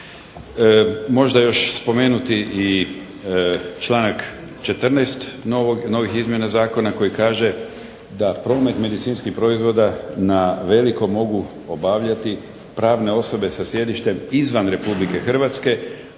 Možda još spomenuti i članak 14. novih izmjena zakona koji kaže da promet medicinskih proizvoda na veliko mogu obavljati pravne osobe sa sjedištem izvan Republike Hrvatske,